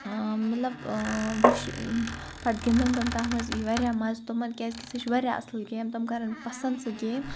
مَطلَب وش پَتہٕ گِنٛدَن تِم تَتھ مَنٛز یی واریاہ مَزٕ تِمَن کیازکہِ سُہ چھِ واریاہ اَصل گیم تِم کَرَن پَسَنٛد سُہ گیم